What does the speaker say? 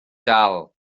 dal